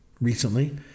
recently